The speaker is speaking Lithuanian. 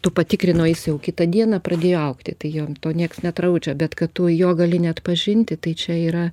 tu patikrinai o jis jau kitą dieną pradėjo augti tai jam to nieks nedraudžia bet kad tu jo gali neatpažinti tai čia yra